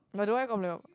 what do I complain about